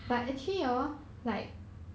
mm